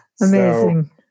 Amazing